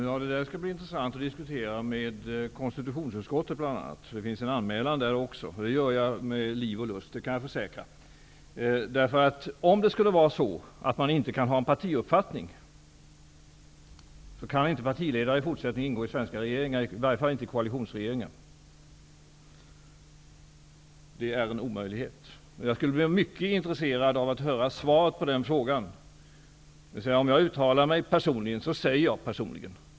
Fru talman! Detta skall bli intressant att diskutera med bl.a. konstitutionsutskottet, där det också finns en anmälan. Det kommer jag att göra med liv och lust. Det kan jag försäkra. Om det skulle vara så att man inte kan ha en partiuppfattning, kan inte partiledare i fortsättningen ingå i svenska regeringar, i varje fall inte i koalitionsregeringar. Det är en omöjlighet. Jag är mycket intresserad av att höra svaret på den frågan. Om jag uttalar mig personligen, säger jag att det är personligen.